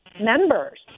members